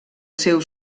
seu